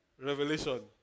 Revelation